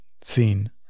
seen